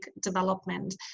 development